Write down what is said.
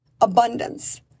abundance